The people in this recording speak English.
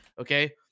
Okay